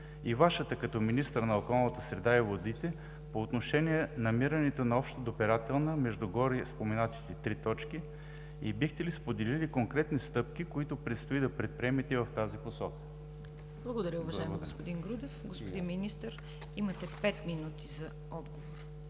и Вашата като министър на околната среда и водите по отношение намирането на обща допирателна между гореспоменатите три точки? Бихте ли споделили конкретни стъпки, които предстои да предприемете в тази посока? ПРЕДСЕДАТЕЛ ЦВЕТА КАРАЯНЧЕВА: Благодаря, уважаеми господин Грудев. Господин Министър, имате пет минути за отговор.